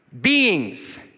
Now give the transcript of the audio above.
Beings